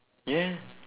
ya